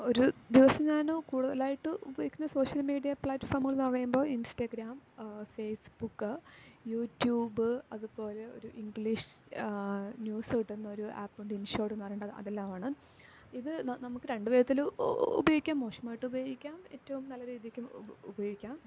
ഒരു ദിവസം ഞാൻ കൂടുതലായിട്ട് ഉപയോഗിക്കുന്ന സോഷ്യൽ മീഡിയ പ്ലാറ്റ്ഫോമ്കൾന്ന് പറയുമ്പോൾ ഇൻസ്റ്റഗ്രാം ഫേയ്സ്ബുക്ക് യൂട്യൂബ് അതുപോലെ ഒരു ഇംഗ്ലീഷ് ന്യൂസ്സ് കിട്ടുന്നൊരു ആപ്പുണ്ട് ഇൻഷോഡ്ന്ന് പറയുമ്പം അതെല്ലാവാണ് ഇത് ന നമുക്ക് രണ്ട് വിധത്തിൽ ഊ ഉപയോഗിക്കാം മോശമായിട്ട് ഉപയോഗിക്കാം ഏറ്റവും നല്ല രീതിക്കും ഉ ഉപയോഗിക്കാം